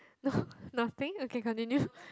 no nothing okay continue